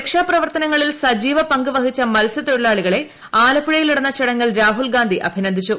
രക്ഷാ പ്രവർത്തനങ്ങളിൽ സജീവ പങ്ക് വഹിച്ച മത്സൃത്തൊഴിലാളികളെ ആലപ്പുഴയിൽ നടന്ന ചടങ്ങിൽ രാഹുൽ ്ഗൃദ്ധി അഭിനന്ദിച്ചു